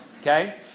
okay